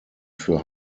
für